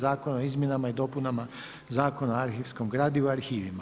Zakona o izmjenama i dopunama Zakona o arhivskom gradivu i arhivima.